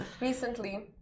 recently